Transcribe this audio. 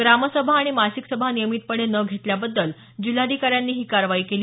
ग्रामसभा आणि मासिक सभा नियमितपणे न घेतल्याबद्दल जिल्हाधिकाऱ्यांनी ही कारवाई केली